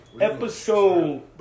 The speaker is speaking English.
Episode